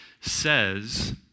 says